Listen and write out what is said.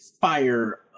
fire